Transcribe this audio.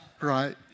right